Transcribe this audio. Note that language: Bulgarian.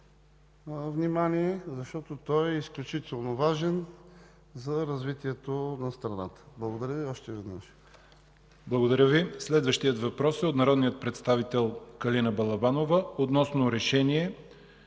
внимание. Защото той е изключително важен за развитието на страната. Благодаря Ви още веднъж. ПРЕДСЕДАТЕЛ ЯВОР ХАЙТОВ: Благодаря Ви. Следващият въпрос е от народния представител Калина Балабанова относно решение,